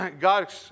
God